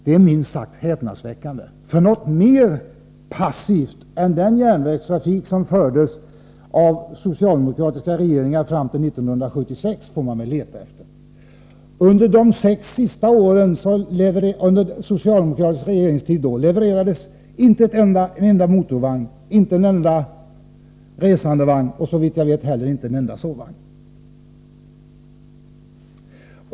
Det är minst sagt häpnadsväckande. Något mera passivt än den järnvägspolitik som fördes av socialdemokratiska regeringar fram till 1976 får man väl leta efter. Under de sex sista åren av den socialdemokratiska regeringstiden levererades inte en enda motorvagn, inte en enda resandevagn och såvitt jag vet inte heller en enda sovvagn.